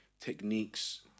techniques